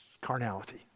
carnality